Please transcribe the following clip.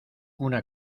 una